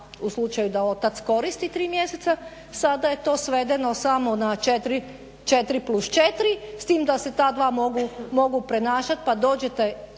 u slučaju da otac koristi 3 mjeseca sada je to svedeno samo na 4+4 s tim da se ta dva mogu prenašati pa dođete